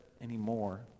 anymore